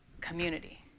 community